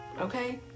Okay